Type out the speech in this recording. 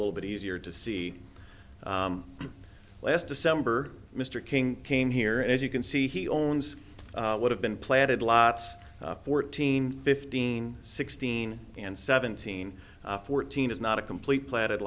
a little bit easier to see last december mr king came here and as you can see he owns would have been planted lots fourteen fifteen sixteen and seventeen fourteen is not a complete planet a